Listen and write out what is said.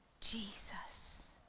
Jesus